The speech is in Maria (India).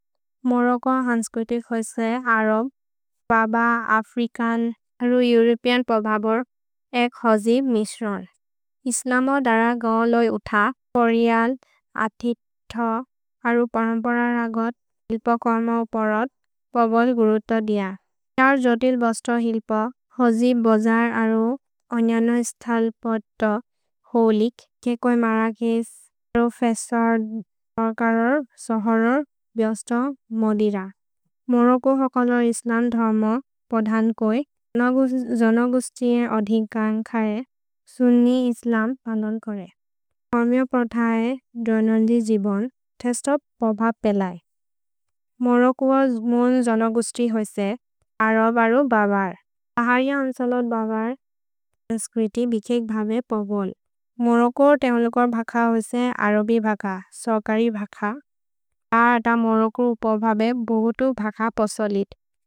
मोरोच्चन्, हन्स्क्रितिक् होइसे अरब्, बब, अफ्रिकन् अरु एउरोपेअन् पभबर् एक् हजिब् मिस्रोन्। इस्लमो दर गओन् लोय् उथ, परिअल्, अतिथ अरु परम्पर रगत् हिल्प कर्म उपरत् पबल् गुरुत दिअ। छ्हर् जोतिल् बस्त हिल्प हजिब् बजर् अरु अन्यनस्थल् पत्त होलिक् केकोज् मरकेश् प्रोफेसोरोर्करोर् सहोरोर् बिअस्त मोदिर। मोरोच्चो हकलो इस्लम् धर्म पधन्कोज्, जनगुस्त्रि ए अधिकन्खरे सुन्नि इस्लम् पन्दन्कोरे। कोर्मिओ प्रथये द्रोनल्दि जिबोन् थेस्तो पभब् पेलय्। मोरोच्चो जिबोन् जनगुस्त्रि होइसे अरब् अरु बब अर्, अहरि अन्सलत् बब अर्, हन्स्क्रिति बिखेक् भबे पबोल्। मोरोच्चो तेओलकोर् भख होइसे अरबि भख, सोकरि भख, अत मोरोच्चोर् उपभबे बोगुतु भख पोसोलिद्।